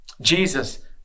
Jesus